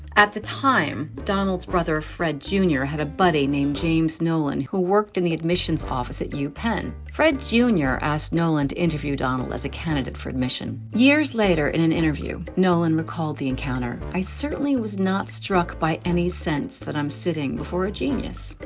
at the time donald's brother fred jr had a buddy named james nolan who worked in the admissions office at u penn. fred jr asked nolan to interview donald as a candidate for admission. years later in an interview, nolan recalled the encounter. i certainly was not struck by any sense that i'm sitting before a genius.